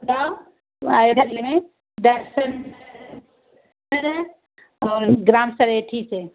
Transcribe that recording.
में और ग्राम सरेठी से